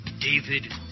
David